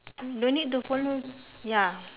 no need to follow ya